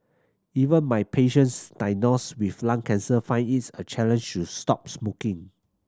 even my patients diagnosed with lung cancer find it's a challenge to stop smoking